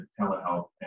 telehealth